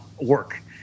work